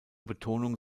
betonung